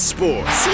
Sports